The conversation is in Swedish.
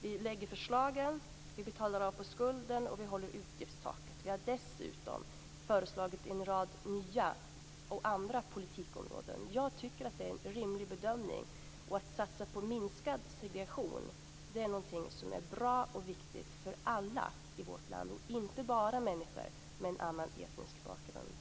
Vi lägger fram förslagen, vi betalar av på skulden och vi håller utgiftstaket. Vi har dessutom föreslagit en rad nya och andra politikområden. Jag tycker att vi har gjort en rimlig bedömning. Att satsa på minskad segregation är någonting som är bra och viktigt för alla i vårt land, inte bara för människor med en annan etnisk bakgrund.